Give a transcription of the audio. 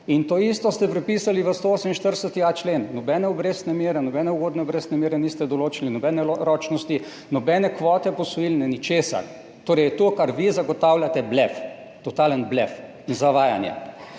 In to isto ste prepisali v 148.a člen. Nobene obrestne mere, nobene ugodne obrestne mere niste določili, nobene ročnosti, nobene kvote posojil. Ničesar. Torej to, kar vi zagotavljate, je blef. Totalen blef in zavajanje.